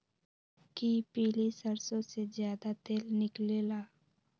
कि पीली सरसों से ज्यादा तेल निकले ला?